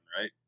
right